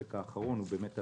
האחרון הוא על